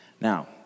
Now